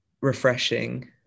refreshing